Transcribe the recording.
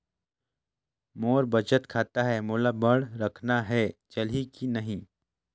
मोर बचत खाता है मोला बांड रखना है चलही की नहीं?